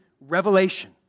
revelation